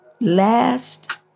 Last